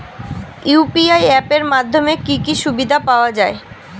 UPI app এর মাধ্যমে কি কি সুবিধা পাওয়া যায়?